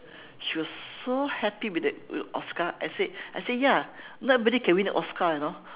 she was so happy with that with oscar I said I said ya not everybody can win an oscar you know